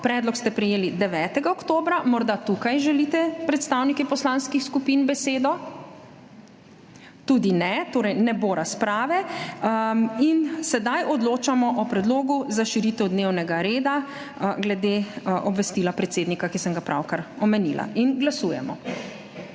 Predlog ste prejeli 9. oktobra. Morda tukaj želite besedo predstavniki poslanskih skupin? Tudi ne, torej ne bo razprave. Sedaj odločamo o predlogu za širitev dnevnega reda glede obvestila predsednika, ki sem ga pravkar omenila. Glasujemo.